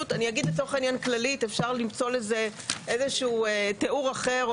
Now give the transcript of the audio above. אנחנו מבקשות שהשר יבוא לוועדה פעם אחר פעם,